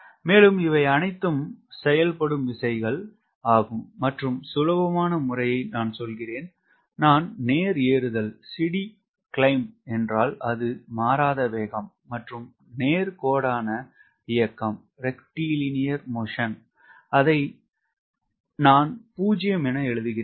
மேலும் இவை அனைத்தும் செயல்படும் விசைகள் ஆகும் மற்றும் சுலபமான முறையை சொல்கிறேன் நான் நேர் ஏறுதல் என்றால் அது மாறாத வேகம் மற்றும் நேர் கோடான இயக்கம் நான் அதை 0 என எழுதுகிறேன்